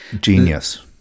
Genius